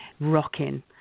rocking